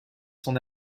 son